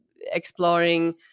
exploring